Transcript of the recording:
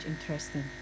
interesting